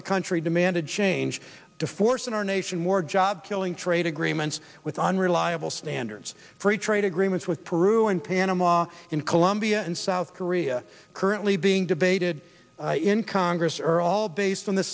the country demand a change to force in our nation more job killing trade agreements with unreliable standards free trade agreements with peru and panama in colombia and south korea currently being debated in congress are all based on the